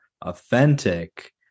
authentic